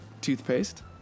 toothpaste